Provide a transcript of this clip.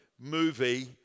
movie